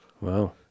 Wow